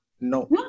No